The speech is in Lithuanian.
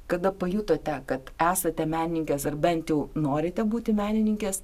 kada pajutote kad esate menininkės ar bent jau norite būti menininkės